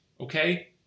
okay